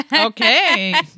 okay